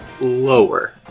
Lower